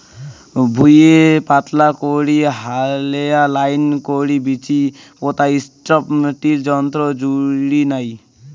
ভুঁইয়ে পাতলা করি হালেয়া লাইন করি বীচি পোতাই স্ট্রিপ টিল যন্ত্রর জুড়ি নাই